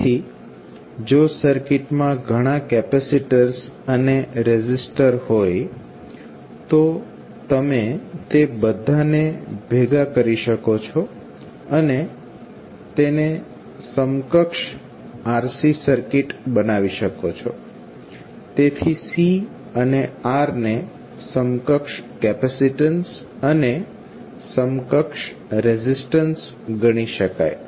તેથી જો સર્કિટમાં ઘણા કેપેસીટર્સ અને રેઝિસ્ટર હોય તો તમે તે બધાને ભેગા કરી શકો છો અને તેને સમકક્ષ RC સર્કિટ બનાવી શકો છો જેથી C અને R ને સમકક્ષ કેપેસિટીન્સ અને સમકક્ષ રેઝિસ્ટન્સ તરીકે ગણી શકાય